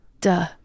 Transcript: Duh